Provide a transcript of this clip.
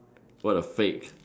what a fake